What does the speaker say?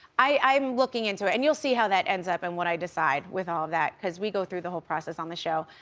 i'm looking into it and you'll see how that ends up and what i decide with all that, cause we go through the whole process on the show.